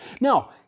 Now